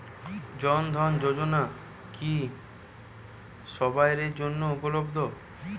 জন ধন যোজনা কি সবায়ের জন্য উপলব্ধ?